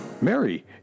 Mary